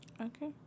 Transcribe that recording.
Okay